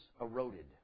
eroded